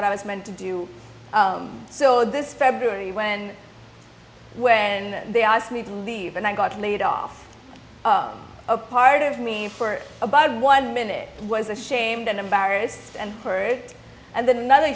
what i was meant to do so this february when when they asked me to leave and i got laid off a part of me for a bud one minute was ashamed and embarrassed and for it and then another